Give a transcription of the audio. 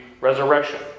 resurrection